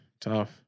tough